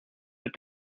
mit